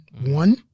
one